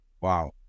wow